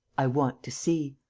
i want to see.